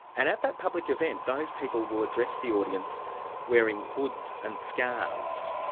and at that public event those people will address the audience wearing hoods and scarves.